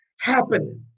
happening